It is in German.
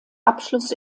abschluss